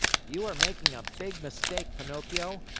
you are making a big mistake, pinocchio.